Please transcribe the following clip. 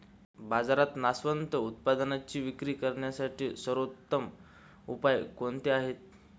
बाजारात नाशवंत उत्पादनांची विक्री करण्यासाठी सर्वोत्तम उपाय कोणते आहेत?